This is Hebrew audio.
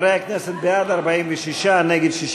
חברי הכנסת, בעד, 46, נגד,